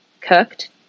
cooked